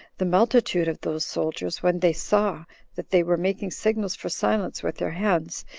the multitude of those soldiers, when they saw that they were making signals for silence with their hands,